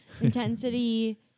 intensity